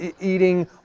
eating